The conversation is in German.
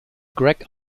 greg